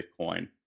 Bitcoin